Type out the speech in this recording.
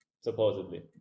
supposedly